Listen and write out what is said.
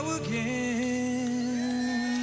again